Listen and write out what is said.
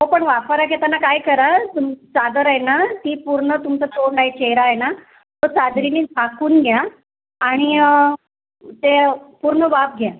हो पण वाफारा घेताना काय करा तुम चादर आहे ना ती पूर्ण तुमचं तोंड आहे चेहरा आहे ना तो चादरीने झाकून घ्या आणि ते पूर्ण वाफ घ्या